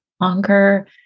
longer